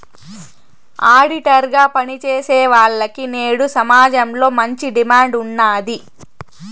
auditor గా పని చేసేవాల్లకి నేడు సమాజంలో మంచి డిమాండ్ ఉన్నాది